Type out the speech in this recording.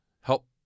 help